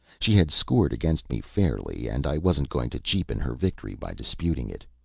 she had scored against me fairly, and i wasn't going to cheapen her victory by disputing it.